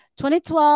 2012